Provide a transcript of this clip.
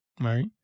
Right